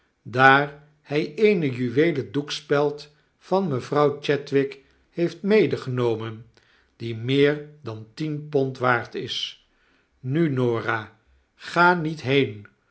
daar hy eene juweelen doekspeld van mevrouw chadwick heeft medegenomen die meer dan tien pond waard is nu f norah ga niet heen